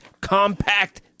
compact